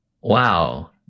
Wow